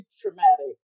traumatic